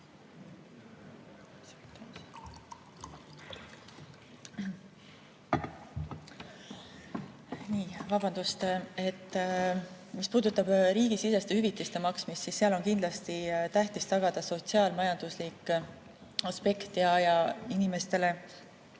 Vabandust! Mis puudutab riigisiseste hüvitiste maksmist, siis seal on kindlasti tähtis tagada sotsiaal-majanduslik aspekt ja see,